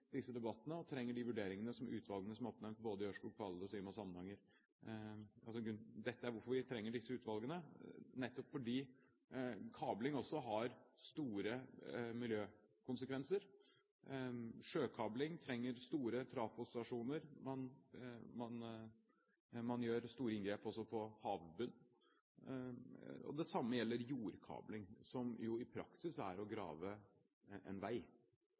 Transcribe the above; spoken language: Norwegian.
disse debattene, og trenger de vurderingene som utvalgene som er oppnevnt i forbindelse med Ørskog–Fardal og Sima–Samnanger, for kabling har også store miljøkonsekvenser. Sjøkabling trenger store trafostasjoner, man gjør store inngrep også på havbunnen. Det samme gjelder jordkabling, som jo i praksis er å grave en vei.